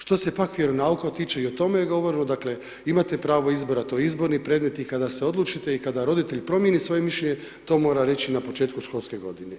Što se pak vjeronauka tiče, i o tome je govor, dakle vi imate pravo izbora, to je izborni predmet i kada se odlučite i kada roditelj promijeni svoje mišljenje, to mora reći na početku školske godine.